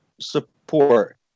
support